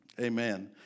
Amen